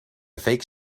fake